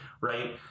right